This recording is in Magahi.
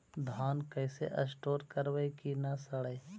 धान कैसे स्टोर करवई कि न सड़ै?